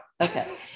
Okay